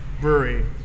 brewery